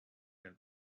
and